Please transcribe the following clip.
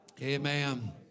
Amen